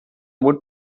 would